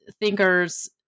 thinkers